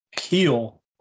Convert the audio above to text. heal